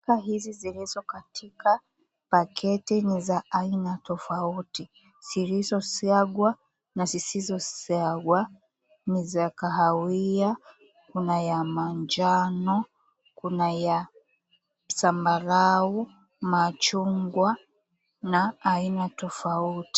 Hizi zilizo katika bucket ni za aina tofauti, zilizosiagwa na zisizosiagwa, ni za kahawia, kuna ya manjano, kuna ya zambarau, machungwa na aina tofauti.